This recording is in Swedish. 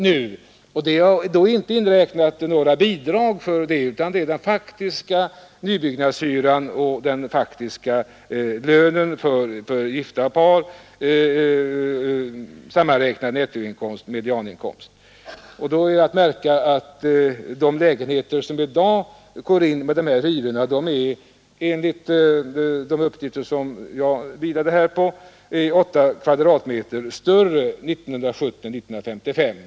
I det är inte inräknat några bidrag, utan man har räknat med den faktiska nybyggnadshyran och den faktiska sammanräk nade nettoinkomsten — det gäller medianinkomst för gifta par. Det är att märka att de lägenheter som avses enligt de uppgifter som jag stöder mig på — är åtta kvadratmeter större 1970 än 1955.